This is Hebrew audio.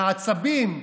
מהעצבים,